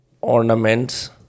ornaments